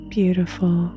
Beautiful